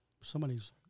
Somebody's